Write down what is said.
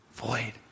void